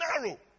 narrow